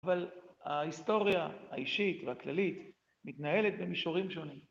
אבל ההיסטוריה האישית והכללית מתנהלת במישורים שונים.